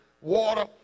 water